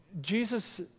Jesus